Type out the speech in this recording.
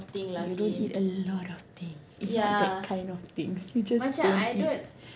you don't eat a lot of thing even that kind of thing you just don't eat